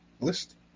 list